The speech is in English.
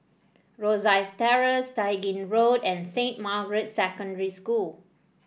Rosyth Terrace Tai Gin Road and Saint Margaret's Secondary School